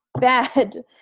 bad